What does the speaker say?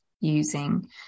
using